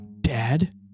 Dad